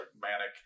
manic